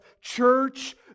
Church